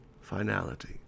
finality